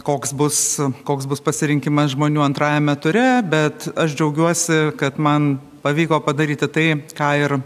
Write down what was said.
koks bus koks bus pasirinkimas žmonių antrajame ture bet aš džiaugiuosi kad man pavyko padaryti tai ką ir